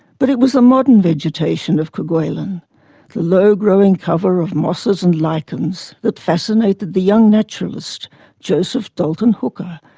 but it was the modern vegetation of kerguelen the low-growing cover of mosses and lichens that fascinated the young naturalist joseph dalton hooker,